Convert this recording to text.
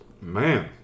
Man